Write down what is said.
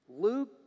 Luke